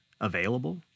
available